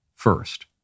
first